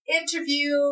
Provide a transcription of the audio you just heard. interview